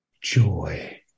joy